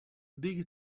big